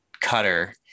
cutter